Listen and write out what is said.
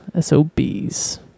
SOBs